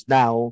now